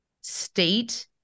state